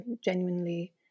genuinely